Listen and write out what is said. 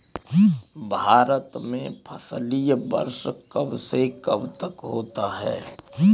भारत में फसली वर्ष कब से कब तक होता है?